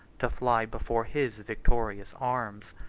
to fly before his victorious arms.